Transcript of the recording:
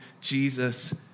Jesus